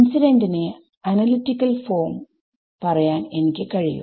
ഇൻസിഡന്റിന്റെ analytical form പറയാൻ എനിക്ക് കഴിയും